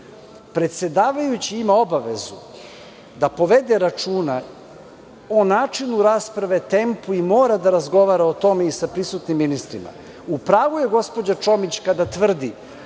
Predsedavajući ima obavezu da povede računa o načinu rasprave, tempu i mora da razgovara o tome sa prisutnim ministrima.U pravu je gospođa Čomić kada tvrdi